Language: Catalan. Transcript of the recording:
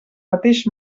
mateix